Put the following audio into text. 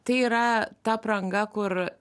tai yra ta apranga kur